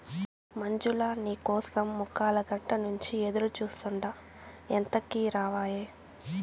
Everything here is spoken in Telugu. మంజులా, నీ కోసం ముక్కాలగంట నుంచి ఎదురుచూస్తాండా ఎంతకీ రావాయే